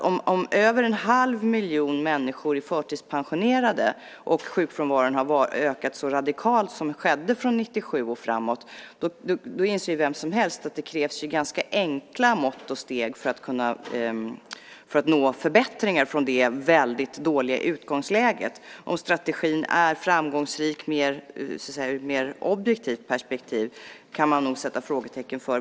Om över en halv miljon människor är förtidspensionerade, och om sjukfrånvaron har ökat så radikalt som skedde från 1997 och framåt, då inser vem som helst att det krävs ganska enkla mått och steg för att nå förbättringar från det väldigt dåliga utgångsläget. Om strategin är framgångsrik ur ett mer objektivt perspektiv kan man nog sätta frågetecken för.